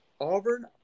auburn